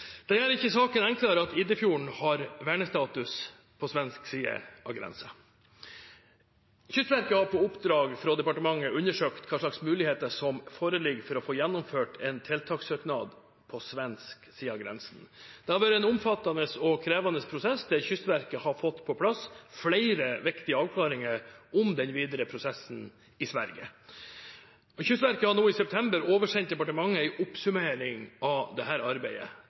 Det gjør ikke saken enklere at Iddefjorden har vernestatus på svensk side av grensen. Kystverket har på oppdrag fra departementet undersøkt hvilke muligheter som foreligger for å få gjennomført en tiltakssøknad på svensk side av grensen. Det har vært en omfattende og krevende prosess, der Kystverket har fått på plass flere viktige avklaringer om den videre prosessen i Sverige. Kystverket har nå i september oversendt departementet en oppsummering av dette arbeidet. Det